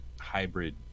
hybrid